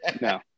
no